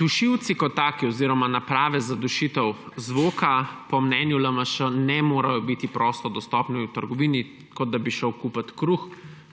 Dušilci kot taki oziroma naprave za dušitev zvoka po mnenju LMŠ ne morejo biti prosto dostopne v trgovini. Kot da bi šel kupit kruh,